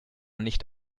nicht